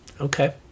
Okay